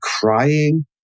crying